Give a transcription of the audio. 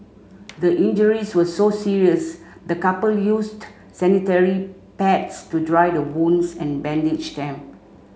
the injuries were so serious the couple used sanitary pads to dry the wounds and bandage them